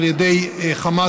על ידי חמאס,